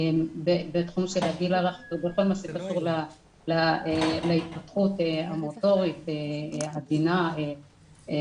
בתחום של הגיל הרך ובכל מה שקשור להתפתחות המוטורית העדינה וכו'.